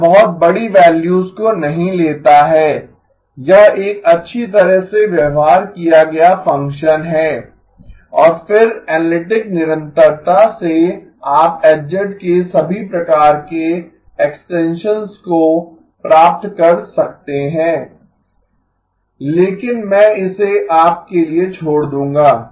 यह बहुत बड़ी वैल्यूज को नहीं लेता है यह एक अच्छी तरह से व्यवहार किया गया फंक्शन है और फिर एनालिटिक निरंतरता से आप H के सभी प्रकार के एक्सटेंसंस को प्राप्त कर सकते हैं लेकिन मैं इसे आप के लिए छोड़ दूंगा